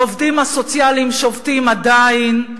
העובדים הסוציאליים שובתים עדיין,